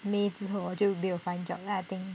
may 之后我就没有 find job then I think